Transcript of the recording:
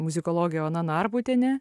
muzikologė ona narbutienė